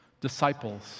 disciples